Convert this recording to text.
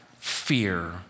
fear